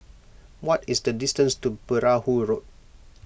what is the distance to Perahu Road